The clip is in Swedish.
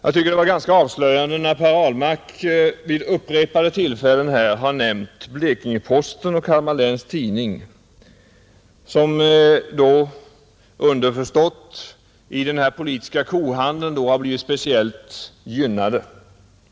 Jag tycker det var ganska avslöjande när herr Ahlmark vid upprepade tillfällen här nämner Blekinge-Posten och Kalmar Läns Tidning, som då — underförstått — i den ”politiska kohandeln” har blivit speciellt gynnade.